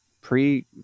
pre